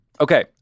Okay